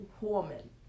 woman